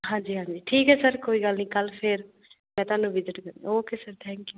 ਹਾਂਜੀ ਹਾਂਜੀ ਠੀਕ ਹੈ ਸਰ ਕੋਈ ਗੱਲ ਨਹੀਂ ਕੱਲ੍ਹ ਫਿਰ ਮੈਂ ਤੁਹਾਨੂੰ ਵਿਜਿਟ ਕਰ ਓਕੇ ਸਰ ਥੈਂਕ ਯੂ